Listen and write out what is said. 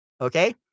Okay